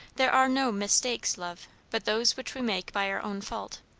there are no mistakes, love, but those which we make by our own fault.